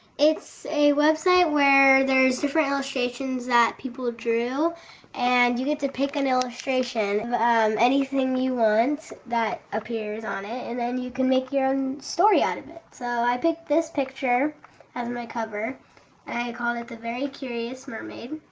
it's a website where there's different illustrations that people drew and you get to pick an illustration, but um anything you want that appears on it and then you can make your own story out of it. so i picked this picture as my cover and i called it the very curious mermaid,